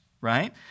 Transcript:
right